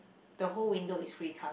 the whole window is grey colour